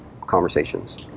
Conversations